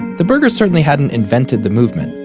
the bergers certainly hadn't invented the movement.